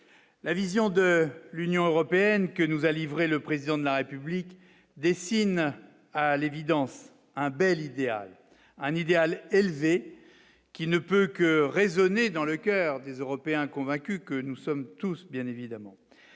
la vision de l'Union européenne que nous a livré le président de la République dessine à l'évidence un bel idéal, un idéal élevé qu'il ne peut que résonner dans le coeur des européens convaincus que nous sommes tous bien évidemment